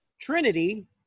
Trinity